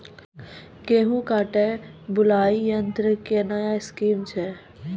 गेहूँ काटे बुलाई यंत्र से नया स्कीम छ?